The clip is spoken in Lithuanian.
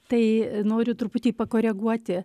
tai noriu truputį pakoreguoti